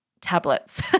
tablets